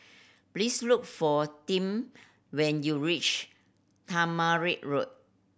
please look for Tim when you reach Tamarind Road